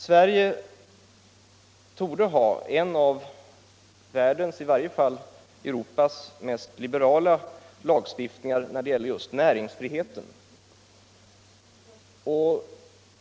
Sverige torde ha en av världens eller i varje fall Europas mest liberala lagstiftningar när det gäller just näringsfriheten.